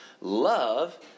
love